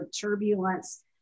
turbulence